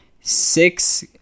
six